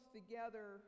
together